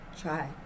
try